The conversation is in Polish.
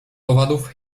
owadów